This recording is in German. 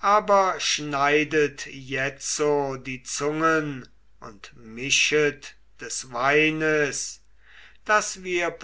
aber schneidet jetzo die zungen und mischet des weines daß wir